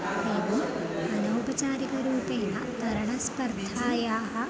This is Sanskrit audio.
एवम् अनौपचारिकरूपेण तरणस्पर्धायाः